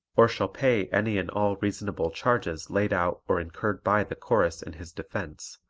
or shall pay any and all reasonable charges laid out or incurred by the chorus in his defense,